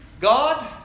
God